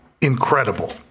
Incredible